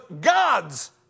God's